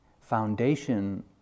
foundation